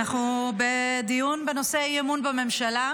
אנחנו בדיון בנושא אי-אמון בממשלה.